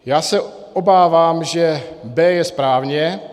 Já se obávám, že B je správně.